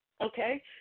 Okay